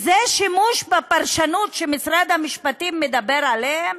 זה שימוש בפרשנות שמשרד המשפטים מדבר עליה,